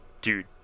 dude